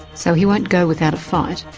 so he won't go without a fight?